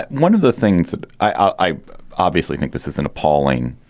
one of the things that i obviously think this is an appalling,